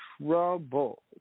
trouble